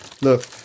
Look